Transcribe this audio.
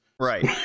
right